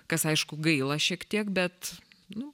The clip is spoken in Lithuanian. kas aišku gaila šiek tiek bet nu